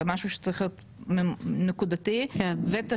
אלא משהו שצריך להיות נקודתי ותשתיות,